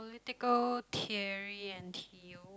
political theory and theo